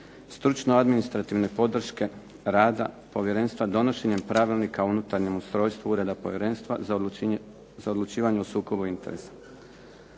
stručno administrativne podrške rada povjerenstva donošenjem pravilnika o unutarnjem ustrojstvu Ureda Povjerenstva za odlučivanje o sukobu interesa.